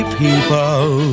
people